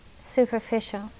superficial